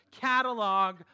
catalog